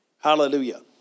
Hallelujah